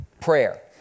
prayer